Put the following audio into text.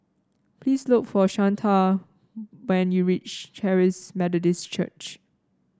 please look for Shanta when you reach Charis Methodist Church